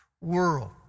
world